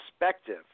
perspective